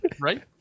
Right